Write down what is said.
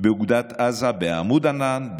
באוגדת עזה בעמוד ענן,